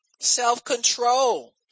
Self-control